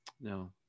No